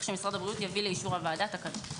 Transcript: שמשרד הבריאות יביא לאישור הוועדה תקנות.